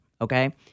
okay